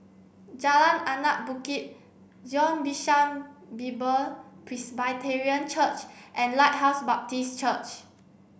Jalan Anak Bukit Zion Bishan Bible Presbyterian Church and Lighthouse Baptist Church